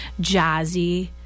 jazzy